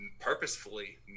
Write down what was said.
purposefully